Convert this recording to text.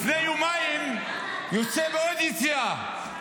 לפני יומיים יוצא בעוד יציאה.